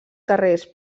carrers